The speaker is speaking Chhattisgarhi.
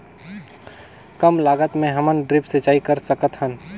कम लागत मे हमन ड्रिप सिंचाई कर सकत हन?